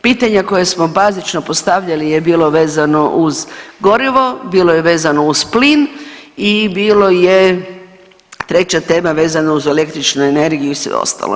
Pitanja koja smo bazično postavljali je bilo vezano uz gorivo, bilo je vezano uz plin i bilo je treća tema vezano uz električnu energiju i sve ostalo.